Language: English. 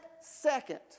second